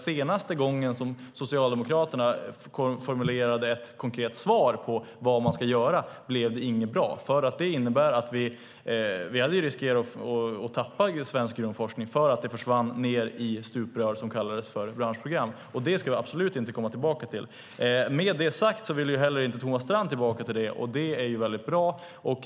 Senaste gången som Socialdemokraterna formulerade ett konkret svar på vad man ska göra blev det inte bra. Det innebar att vi hade riskerat att tappa i svensk grundforskning eftersom de försvann ned i stuprör som kallades branschprogram. Det ska vi absolut inte komma tillbaka till. Med detta sagt vill inte heller Thomas Strand tillbaka till det. Det är bra.